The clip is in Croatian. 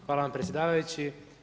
Hvala vam predsjedavajući.